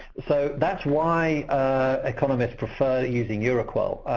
so that's why economists prefer using euroqol,